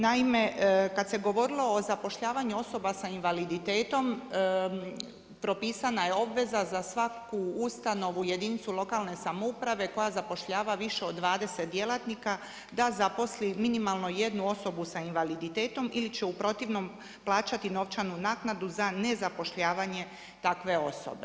Naime, kad se govorilo o zapošljavanju osoba s invaliditetom, propisana je obveza za svaku ustanovu jedinica lokalne samouprave koja zapošljava više od 20 djelatnika, da zaposli minimalno 1 osobu sa invaliditetom ili će u protivnom plaćati novčanu naknadu za nezapošljavanje takve osobe.